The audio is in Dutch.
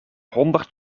honderd